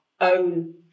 own